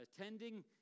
attending